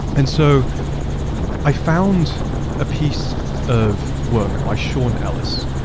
and so i found a piece of work by sean ellis,